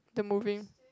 the movie